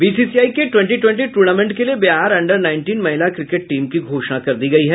BCCI के twenty twenty tournament के लिए बिहार अंडर नाईनटिंन महिला क्रिकेट टीम की घोषणा कर दी गयी है